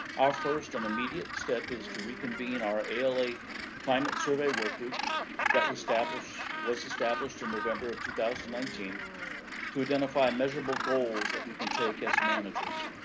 our first and immediate step is to reconvene our ala climate survey work group that was established was established in november of two thousand and nineteen to identify measurable goals that we can take as managers.